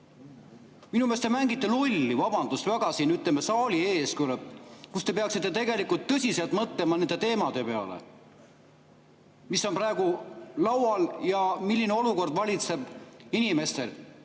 Minu meelest te mängite lolli, vabandust väga, siin saali ees, kus te peaksite tegelikult tõsiselt mõtlema nende teemade peale, mis on praegu laual ja milline olukord valitseb inimestel.